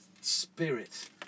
spirit